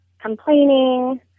complaining